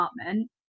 department